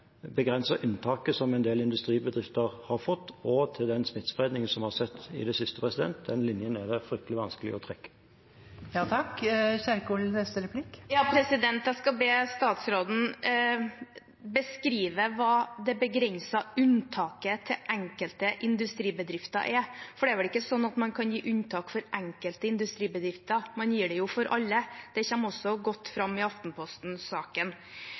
unntaket som en del industribedrifter har fått, og til den smittespredningen som har skjedd i det siste, er det fryktelig vanskelig å trekke. Jeg skal be statsråden beskrive hva det begrensede unntaket til enkelte industribedrifter er, for det er vel ikke slik at man kan gi unntak for enkelte industribedrifter – man gir det jo for alle. Det kommer også godt fram i